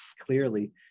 clearly